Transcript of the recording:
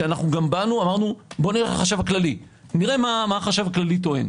אמרנו: נראה מה החשב הכללי טוען.